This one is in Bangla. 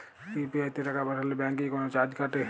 ইউ.পি.আই তে টাকা পাঠালে ব্যাংক কি কোনো চার্জ কাটে?